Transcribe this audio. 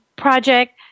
project